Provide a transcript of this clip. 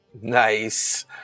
Nice